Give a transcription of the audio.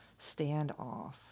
standoff